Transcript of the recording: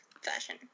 fashion